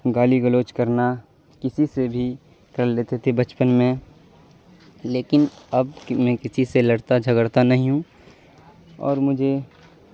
گالی گلوچ کرنا کسی سے بھی کر لیتے تھے بچپن میں لیکن اب میں کسی سے لڑتا جھگڑتا نہیں ہوں اور مجھے